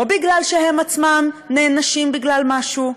לא בגלל שהם עצמם נענשים בגלל משהו,